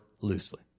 loosely